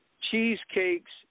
cheesecakes